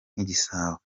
nk’igisabo